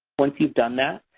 once you've done that,